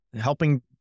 helping